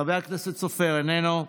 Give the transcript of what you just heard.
חבר הכנסת סופר, איננו,